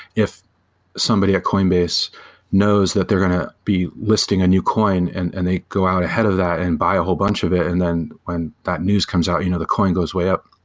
if somebody at coinbase knows that they're going to be listing a new coin and and they go out ahead of that and buy a whole bunch of it and then when that news comes out, you know the coin goes way up.